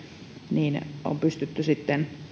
niin on pystytty sitten